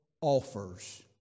offers